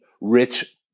rich